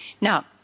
Now